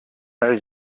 més